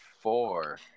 four